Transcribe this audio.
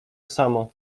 samo